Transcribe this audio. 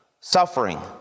suffering